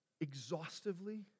exhaustively